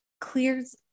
clears